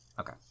Okay